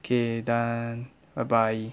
okay done bye bye